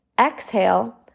Exhale